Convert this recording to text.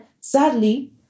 sadly